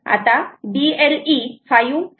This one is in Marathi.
आता BLE 5